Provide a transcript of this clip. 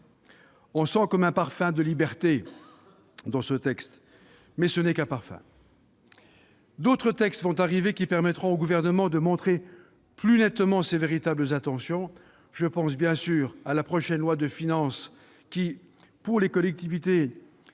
On sent comme un parfum de liberté dans ce texte, mais ce n'est qu'un parfum ! D'autres textes permettront au Gouvernement de montrer plus clairement ses véritables intentions. Je pense bien sûr au prochain projet de loi de finances qui, pour les collectivités,